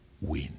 win